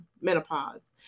menopause